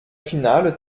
finale